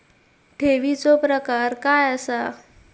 ठेवीचो प्रकार काय असा?